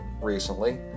recently